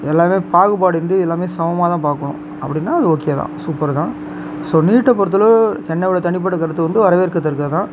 எல்லாமே பாகுபாடின்றி எல்லாமே சமமாகதான் பார்க்கணும் அப்படின்னா அது ஓகே தான் சூப்பர் தான் ஸோ நீட்டைப்பொருத்தளவு என்னோடய தனிப்பட்ட கருத்து வந்து வரவேற்க தக்கதுதான்